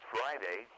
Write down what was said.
Friday